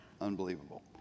unbelievable